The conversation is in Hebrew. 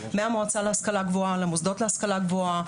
מן המועצה להשכלה גבוהה למוסדות להשכלה גבוהה,